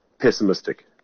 pessimistic